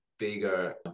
bigger